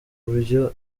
buryo